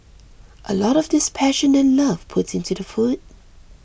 a lot of this passion and love put into the food